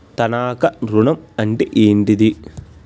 తనఖా ఋణం అంటే ఏంటిది?